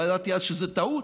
לא ידעתי אז שזו טעות,